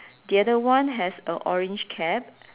the other one has a orange cap